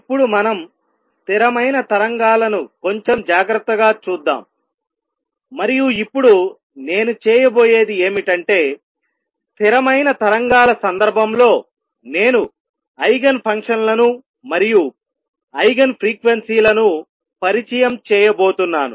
ఇప్పుడు మనం స్థిరమైన తరంగాలను కొంచెం జాగ్రత్తగా చూద్దాం మరియు ఇప్పుడు నేను చేయబోయేది ఏమిటంటే స్థిరమైన తరంగాల సందర్భంలో నేను ఐగెన్ ఫంక్షన్లను మరియు ఐగెన్ ఫ్రీక్వెన్సీ లను పరిచయం చేయబోతున్నాను